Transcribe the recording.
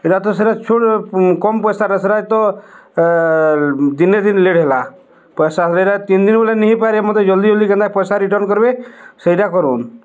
ଏଟା ତ ସେଇଟା ଛୋଟ କମ ପଇସାର ସେଇଟା ତ ଦିନେ ଦୁଇଦିନ ଲେଟ୍ ହୋଇଗଲା ପଇସା ଏଇଟା ତିନି ଦିନ ନେଇପାରେେ ମୋତେ ଜଲ୍ଦି ଜଲଦି କେମିତି ପଇସା ରିଟର୍ଣ୍ଣ କରିବେ ସେଇଟା କରନ୍ତୁ